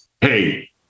hey –